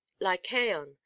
lycaon